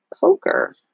Poker